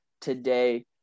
today